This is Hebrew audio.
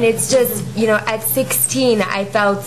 13 בחודש יולי 2011 למניינם.